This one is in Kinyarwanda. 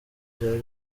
byari